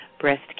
Breast